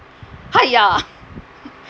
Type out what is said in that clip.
!haiya!